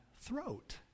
throat